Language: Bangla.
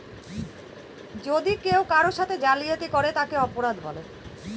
যদি কেউ কারোর সাথে জালিয়াতি করে তাকে অপরাধ বলে